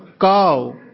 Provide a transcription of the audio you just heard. cow